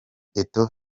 eto’o